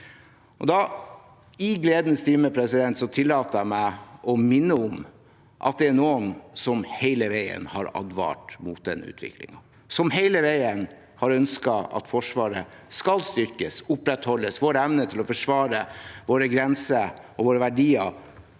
I gledens time tillater jeg meg da å minne på at det er noen som hele veien har advart mot den utviklingen, og som hele veien har ønsket at Forsvaret skal styrkes og opprettholdes, og at vår evne til å forsvare våre grenser og våre